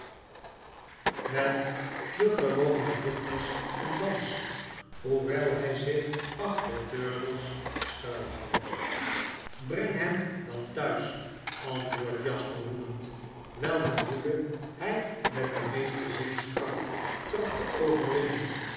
met den gewonen rhytmus en dans hoewel hy zich achter durdels schuil houdt breng hem dan thuis antwoordt jasper woedend welke woede by met de meeste zielskracht tracht te overwinnen